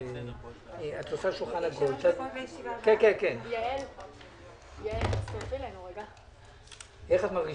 ננעלה בשעה 13:05.